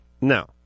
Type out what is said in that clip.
No